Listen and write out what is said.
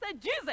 Jesus